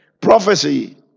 Prophecy